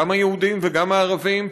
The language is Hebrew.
גם היהודים וגם הערבים,